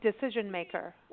decision-maker